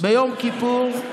ביום כיפור,